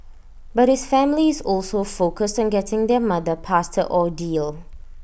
but his family is also focused on getting their mother past her ordeal